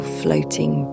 floating